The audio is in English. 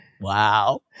wow